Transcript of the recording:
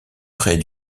près